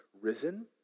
risen